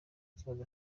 kibazo